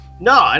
No